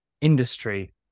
industry